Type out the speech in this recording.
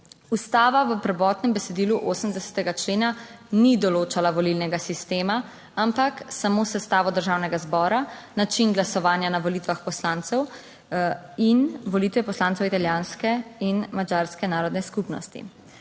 Ustava v prvotnem besedilu 80. člena ni določala volilnega sistema, ampak samo sestavo Državnega zbora, način glasovanja na volitvah poslancev in volitve poslancev italijanske in madžarske narodne skupnosti.